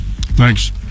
Thanks